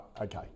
Okay